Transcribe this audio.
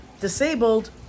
disabled